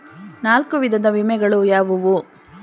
ನಾಲ್ಕು ವಿಧದ ವಿಮೆಗಳು ಯಾವುವು?